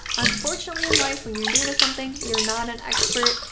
unfortunately in life, when you're new to something you're not an expert.